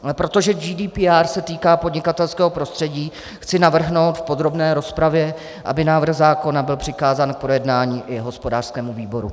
Ale protože GDPR se týká podnikatelského prostředí, chci navrhnout v podrobné rozpravě, aby návrh zákona byl přikázán k projednání i hospodářskému výboru.